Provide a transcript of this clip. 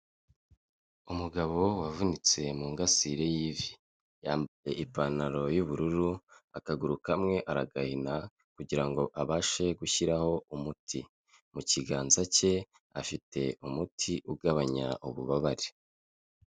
Umugabo wavunitse mu ngasire y'ivi yambaye ipantaro y'ubururu akaguru kamwe aragahina kugirango abashe gushyiraho umuti mu kiganza cye afite umuti ugabanya ububabare.